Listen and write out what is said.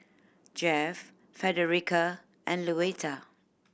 Jeff Frederica and Luetta